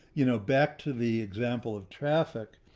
you know, back to the example of traffic,